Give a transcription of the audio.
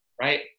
Right